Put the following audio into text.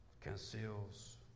conceals